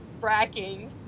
fracking